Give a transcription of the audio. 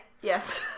Yes